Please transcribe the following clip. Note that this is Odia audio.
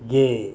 ଯେ